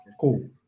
cool